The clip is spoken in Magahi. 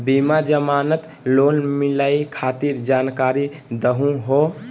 बिना जमानत लोन मिलई खातिर जानकारी दहु हो?